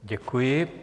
Děkuji.